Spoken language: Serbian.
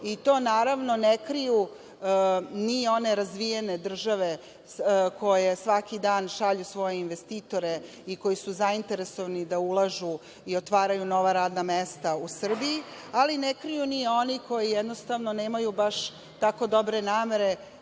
To naravno ne kriju ni one razvijene države koje svaki dan šalju svoje investitore i koji su zainteresovani da ulažu i otvaraju nova radna mesta u Srbiji, ali ne kriju ni oni koji jednostavno nemaju baš tako dobre namere